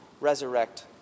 resurrect